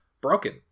broken